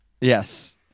Yes